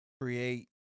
Create